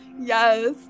yes